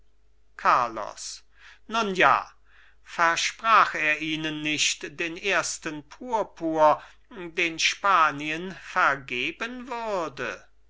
carlos nun ja versprach er ihnen nicht den ersten purpur den spanien vergeben würde